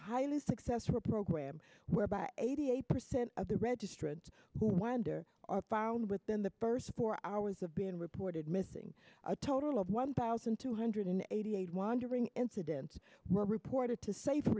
highly successful program whereby eighty eight percent of the registrant who wander are found within the first four hours of being reported missing a total of one thousand two hundred eighty eight wandering incidents were reported to safe